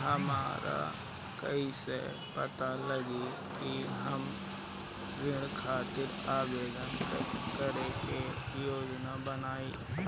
हमरा कईसे पता चली कि हम ऋण खातिर आवेदन करे के योग्य बानी?